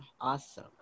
awesome